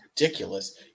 Ridiculous